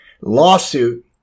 lawsuit